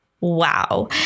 Wow